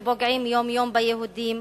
שפוגעים יום-יום ביהודים,